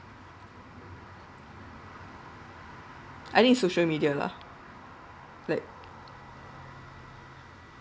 I think social media lah like